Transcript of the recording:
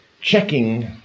checking